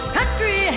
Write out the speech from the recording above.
Country